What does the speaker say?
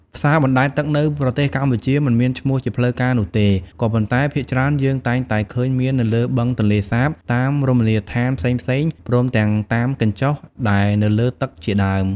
ផ្សារបណ្ដែតទឹកនៅប្រទេសកម្ពុជា មិនមានឈ្មោះជាផ្លូវការនោះទេ ក៏ប៉ុន្តែភាគច្រើនយើងតែងតែឃើញមាននៅលើបឹងទន្លេសាប តាមរមនីយដ្ឋានផ្សេងៗ ព្រមទាំងតាមកញ្ចុះដែលនៅលើទឹកជាដើម។